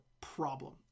problem